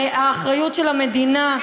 האחריות של המדינה,